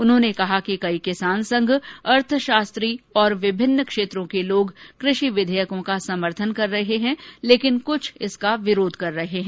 उन्होंने कहा कि कई किसान संघ अर्थशास्त्री और विभिन्न क्षेत्रों के लोग कृषि विधेयकों का समर्थन कर रहे हैं लेकिन कुछ इसका विरोध कर रहे हैं